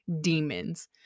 demons